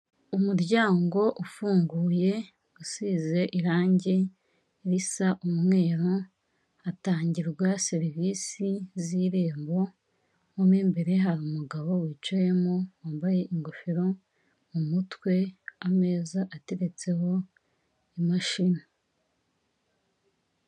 Umuryango ufunguye usize irangi risa umweru, hatangirwa serivisi z'Irembo, mo imbere hari umugabo wicayemo wambaye ingofero mu mutwe, ameza ateretseho imashini.